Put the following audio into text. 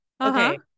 Okay